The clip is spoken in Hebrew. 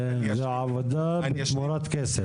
זו עבודה תמורת כסף.